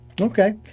Okay